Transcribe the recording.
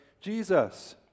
Jesus